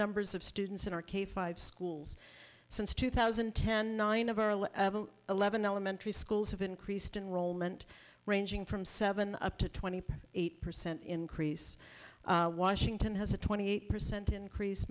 numbers of students in our k five schools since two thousand and ten eleven elementary schools have increased in roll meant ranging from seven up to twenty eight percent increase washington has a twenty eight percent increase